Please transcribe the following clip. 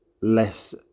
less